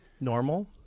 normal